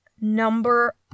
number